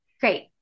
Great